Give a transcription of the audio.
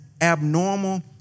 abnormal